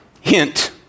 Hint